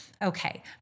Okay